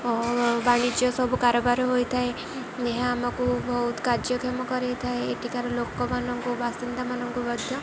ଓ ବାଣିଜ୍ୟ ସବୁ କାରବାର ହୋଇଥାଏ ଏହା ଆମକୁ ବହୁତ କାର୍ଯ୍ୟକ୍ଷମ କରେଇଥାଏ ଏଠିକାର ଲୋକମାନଙ୍କୁ ବାସିନ୍ଦାମାନଙ୍କୁ ମଧ୍ୟ